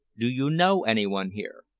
do you know anyone here?